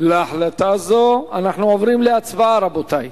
להחלטה זו, ואנחנו עוברים להצבעה, רבותי.